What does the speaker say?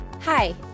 hi